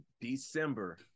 December